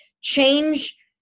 change